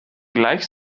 gleich